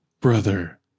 Brother